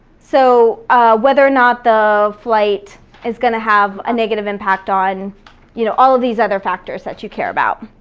so whether or not the flight is gonna have a negative impact on you know all of these other factors that you care about.